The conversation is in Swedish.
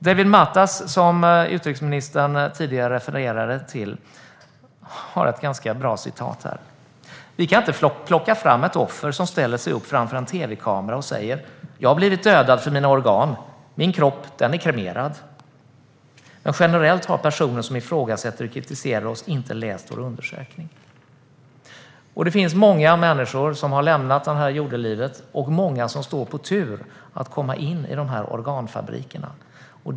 David Matas som utrikesministern tidigare refererade till har sagt: "Vi kan inte plocka fram ett offer som ställer sig upp framför en tv-kamera och säger: ́jag har blivit dödad för mina organ, och min kropp är kremerad ́, men generellt har personer som ifrågasätter och kritiserar oss inte läst vår undersökning." Det finns många människor som har lämnat det här jordelivet och många som står på tur att komma in i organfabrikerna.